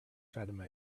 fatima